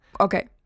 Okay